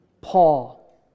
Paul